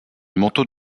manteau